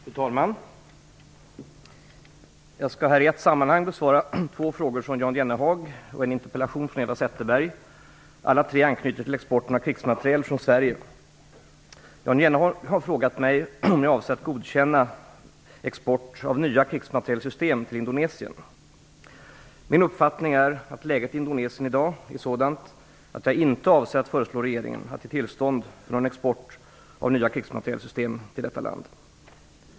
Fru talman! Jag skall här i ett sammanhang besvara två frågor från Jan Jennehag och en interpellation från Eva Zetterberg. Alla tre anknyter till exporten av krigsmateriel från Sverige. Jan Jennehag har fråga mig om jag avser att godkänna export av nya krigsmaterielsystem till Indonesien. Min uppfattning är att läget i Indonesien i dag är sådant att jag inte avser att föreslå regeringen att ge tillstånd för någon export av nya krigsmaterielsystem till detta land.